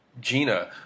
Gina